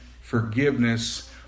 forgiveness